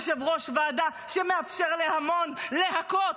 יושב-ראש ועדה שמאפשר להמון להכות,